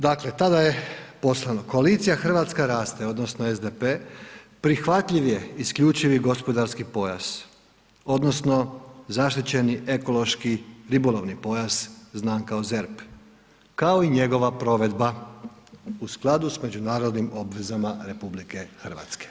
Dakle tada je poslano, koalicija hrvatska raste, odnosno SDP, prihvatljiv je isključivi gospodarski pojas, odnosno zaštićeni ekološki ribolovni pojas znan kao ZERP kao i njegova provedba u skladu sa međunarodnim obvezama RH.